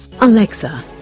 Alexa